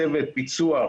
צוות פיצו"ח,